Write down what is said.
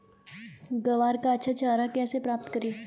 ग्वार का अच्छा चारा कैसे प्राप्त करें?